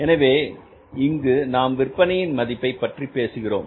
எனவே இங்கு நாம் விற்பனையின் மதிப்பை பற்றி பேசுகிறோம்